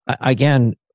Again